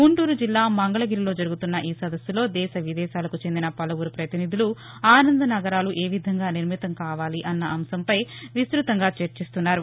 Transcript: గుంటూరు జిల్లా మంగళగిరిలో జరుగుతున్న ఈ సదస్సులో దేళ విదేశాలకు చెందిన పలువురు ప్రతినిధులు ఆసంద నగరాలు ఏవిధంగా నిర్మితం కావాలి అన్న అంశంపై విస్తృతంగా చర్చిస్తున్నారు